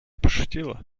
пошутила